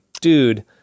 dude